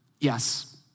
yes